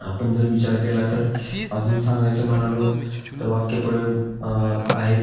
आपण जर विचार केला तर अजून सांगायचं म्हणालो तर वाक्यप्रयोग आहेत